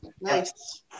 Nice